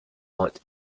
what